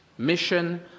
Mission